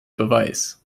beweis